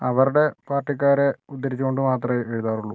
അവരുടെ പാർട്ടിക്കാരെ ഉദ്ധരിച്ചുകൊണ്ട് മാത്രമേ എഴുതാറുള്ളൂ